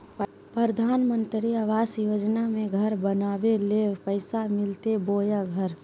प्रधानमंत्री आवास योजना में घर बनावे ले पैसा मिलते बोया घर?